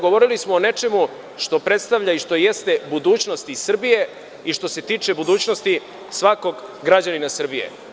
Govorili smo o nečemu što predstavlja i što jeste budućnost i Srbije i što se tiče budućnosti svakog građanina Srbije.